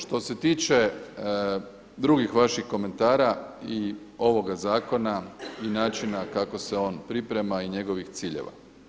Što se tiče drugih vaših komentara i ovoga zakona i načina kako se on priprema i njegovih ciljeva.